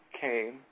came